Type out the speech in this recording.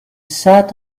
sat